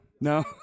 no